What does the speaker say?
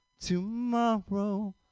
tomorrow